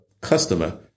customer